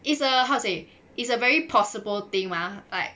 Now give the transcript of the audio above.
it's err how to say it's err very possible thing mah like